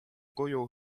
kuju